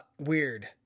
Weird